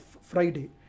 Friday